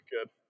good